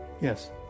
yes